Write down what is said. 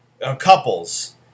couples